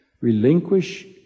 Relinquish